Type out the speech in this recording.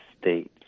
States